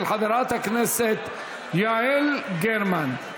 של חברת הכנסת יעל גרמן.